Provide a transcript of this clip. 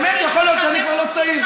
באמת יכול להיות שאני כבר לא צעיר,